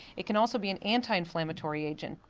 it can also be an anti-inflammatory agent.